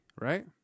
right